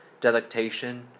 delectation